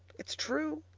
it's true.